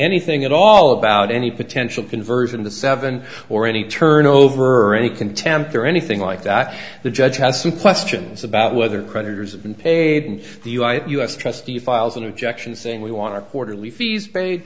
anything at all about any potential conversion to seven or any turnover any contempt or anything like that the judge has some questions about whether creditors have been paid in the us trustee files an objection saying we want our quarterly fees